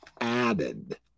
added